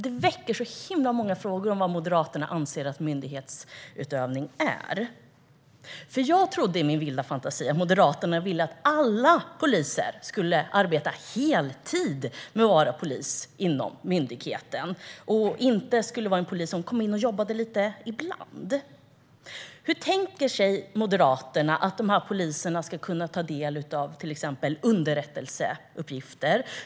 Detta väcker många frågor om vad Moderaterna anser att myndighetsutövning är. Jag trodde i min vilda fantasi att Moderaterna ville att alla poliser skulle arbeta heltid inom myndigheten och inte skulle komma in och jobba lite ibland. Hur tänker sig Moderaterna att dessa poliser ska kunna ta del av till exempel underrättelseuppgifter?